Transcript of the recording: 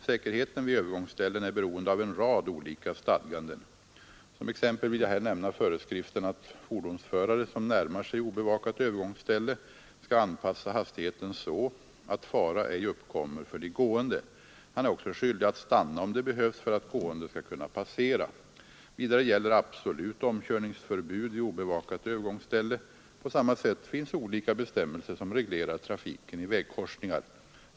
Säkerheten vid övergångsställen är beroende av en rad olika stadganden. Som exempel vill jag här nämna föreskriften att fordonsförare, som närmar sig obevakat övergångsställe, skall anpassa hastigheten så att fara ej uppkommer för de gående. Han är också skyldig att stanna om det behövs för att gående skall kunna passera. Vidare gäller absolut omkörningsförbud vid obevakat övergångsställe. På samma sätt finns olika bestämmelser som reglerar trafiken i vägkorsningar.